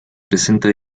presenta